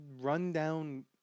rundown